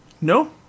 No